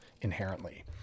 inherently